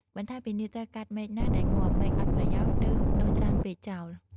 បន្ថែមពីនេះត្រូវកាត់មែកណាដែលងាប់ មែកអត់ប្រយោជន៍ ឬដុះច្រើនពេកចោល។